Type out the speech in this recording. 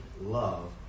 love